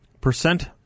percent